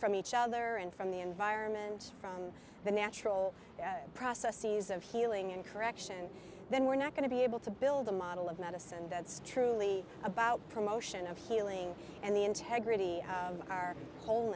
from each other and from the environment from the natural processes of healing and correction then we're not going to be able to build a model of medicine that's truly about promotion of healing and the integrity